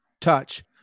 touch